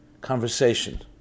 conversation